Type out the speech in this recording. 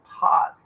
pause